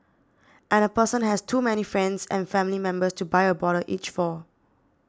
and the person has too many friends and family members to buy a bottle each for